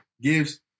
gives